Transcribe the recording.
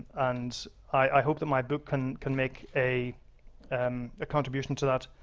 and i hope that my book can can make a and contribution to that,